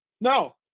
No